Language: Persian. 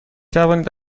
توانید